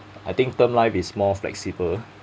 I think term life is more flexible